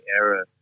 era